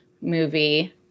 movie